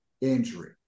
injury